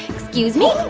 excuse me. oh,